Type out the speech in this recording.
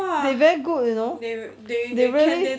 they very good you know they really